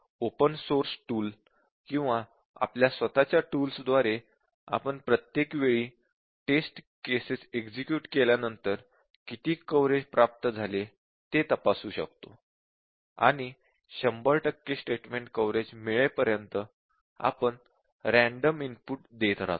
open source tool किंवा आपल्या स्वतःच्या टूल्स द्वारे आपण प्रत्येक वेळी टेस्ट केसेस एक्झिक्युट केल्यानंतर किती कव्हरेज प्राप्त झाले ते तपासू शकतो आणि 100 टक्के स्टेटमेंट कव्हरेज मिळेपर्यंत आपण रँडम इनपुट देत राहतो